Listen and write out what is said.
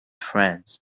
friends